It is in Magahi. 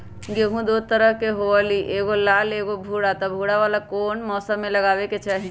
गेंहू दो तरह के होअ ली एगो लाल एगो भूरा त भूरा वाला कौन मौसम मे लगाबे के चाहि?